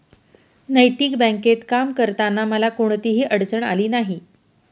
नैतिक बँकेत काम करताना मला कोणतीही अडचण आली नाही